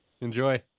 Enjoy